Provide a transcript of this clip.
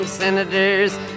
Senators